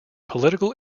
political